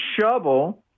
shovel